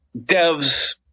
devs